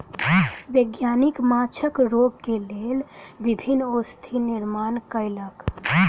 वैज्ञानिक माँछक रोग के लेल विभिन्न औषधि निर्माण कयलक